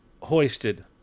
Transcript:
hoisted